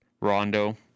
Rondo